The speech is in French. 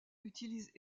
utilise